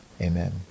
Amen